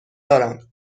دارم